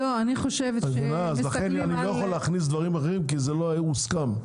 אני לא יכול להכניס דברים אחרים, זה לא היה מוסכם.